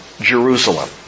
Jerusalem